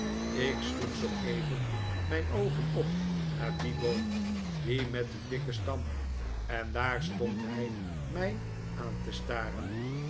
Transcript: ik sloeg zooeven mijn oogen op naar dien boom die met dien dikken stam en daar stond hij mij aan te staren